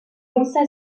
lança